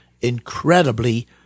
incredibly